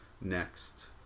next